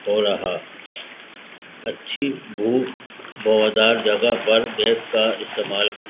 ہو رہا اچھی بھو ہوادار جگہ پر گیس کا استعمال